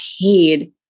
paid